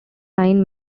nine